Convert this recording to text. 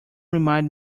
remind